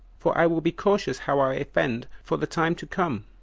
for i will be cautious how i offend for the time to come.